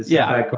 yeah